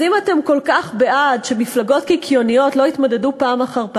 אז אם אתם כל כך בעד שמפלגות קיקיוניות לא יתמודדו פעם אחר פעם,